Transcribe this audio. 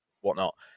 whatnot